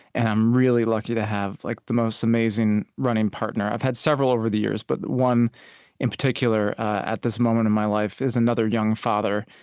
and i'm really lucky to have like the most amazing running partner. i've had several over the years, but one in particular, at this moment in my life, is another young father,